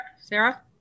Sarah